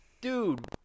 Dude